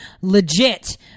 legit